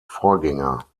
vorgänger